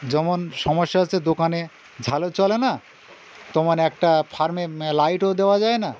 যেমন সমস্যা হচ্ছে দোকানে ঝালও চলে না তেমন একটা ফার্মে লাইটও দেওয়া যায় না